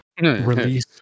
Release